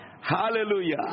Hallelujah